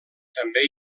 també